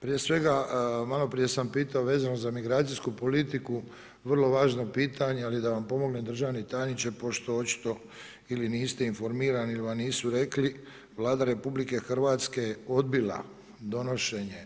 Prije svega malo prije sam pitao vezano za migracijsku politiku, vrlo važno pitanje, ali da vam pomognem, državni tajniče pošto očito ili niste informirani ili vam nisu rekli, Vlada RH je odbila donošenje